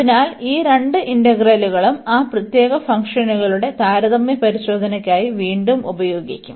അതിനാൽ ഈ രണ്ട് ഇന്റഗ്രലുകളും ആ പ്രത്യേക ഫംഗ്ഷനുകളുടെ താരതമ്യ പരിശോധനയ്ക്കായി വീണ്ടും ഉപയോഗിക്കും